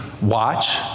watch